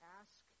ask